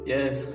Yes